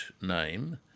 name